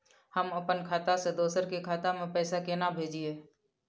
हम अपन खाता से दोसर के खाता में पैसा केना भेजिए?